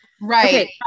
right